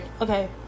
okay